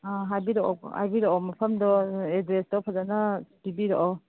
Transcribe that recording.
ꯑꯥ ꯍꯥꯏꯕꯤꯔꯛꯑꯣ ꯍꯥꯏꯕꯤꯔꯛꯑꯣ ꯃꯐꯝꯗꯣ ꯑꯦꯗ꯭ꯔꯦꯁꯇꯣ ꯐꯖꯅ ꯄꯤꯕꯤꯔꯛꯑꯣ